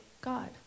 God